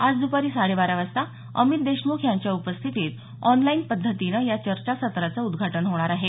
आज दुपारी साडेबारा वाजता अमित देशम्ख यांच्या उपस्थितीत ऑनलाईन पद्धतीनं या चर्चासत्राचं उद्घाटन होणार आहे